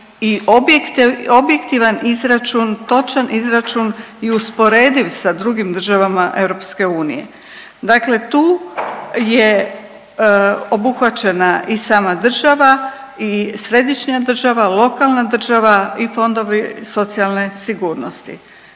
i objektivan izračun, točan izračun i usporediv sa drugim državama EU. Dakle, tu je obuhvaćena i sama država i središnja država, lokalna država i fondovi socijalne sigurnosti.